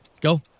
go